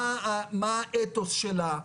מה האתוס שלה?